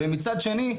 ומצד שני,